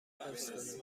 حفظ